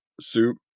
soup